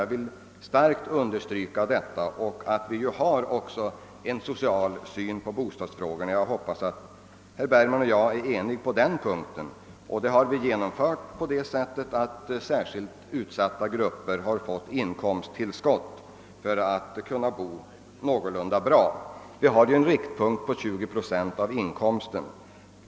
Det vill jag starkt understryka att vi har. Jag hoppas att herr Bergman och jag är eniga på den punkten. Och denna vår syn har vi försökt förverkliga på det sättet att vi föreslagit att särskilt utsatta grupper skall få ett inkomsttillskott för att kunna skaffa sig någorlunda bra bostäder. Vår riktpunkt har där varit 20 procent av inkomsten.